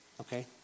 okay